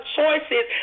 choices